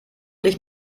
nicht